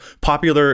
popular